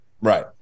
Right